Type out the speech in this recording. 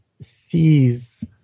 sees